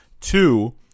Two